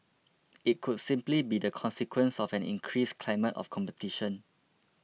it could simply be the consequence of an increased climate of competition